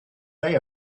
day